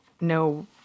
no